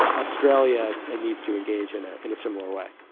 australia and needs to engage in ah in a similar way.